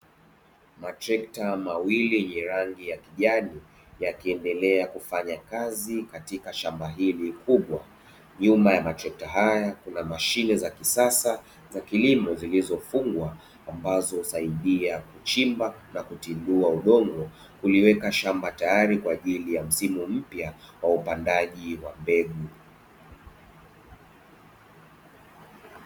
Matrekta mawili yenye rangi ya kijani yakiendelea kufanya kazi katika shamba hili kubwa, nyuma ya matrekta haya kuna mashine za kisasa za kilimo zilizofungwa. Ambazo husaidia kuchimba na kutibua udongo, kuliweka shamba tayari kwa ajili ya msimu mpya wa upandaji wa mbegu.